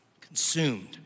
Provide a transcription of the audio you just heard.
Consumed